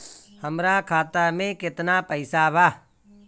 हमरा खाता में केतना पइसा बा?